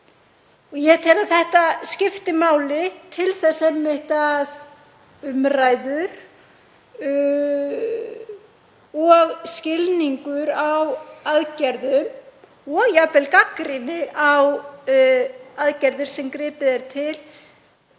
Ég tel að þetta skipti máli til þess einmitt að umræður og skilningur á aðgerðum og jafnvel gagnrýni á aðgerðir sem gripið er til